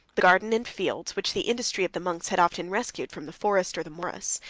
the garden and fields, which the industry of the monks had often rescued from the forest or the morass,